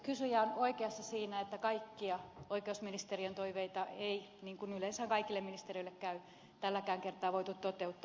kysyjä on oikeassa siinä että kaikkia oikeusministeriön toiveita ei niin kuin yleensä kaikille ministeriöille käy tälläkään kertaa voitu toteuttaa